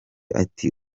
ati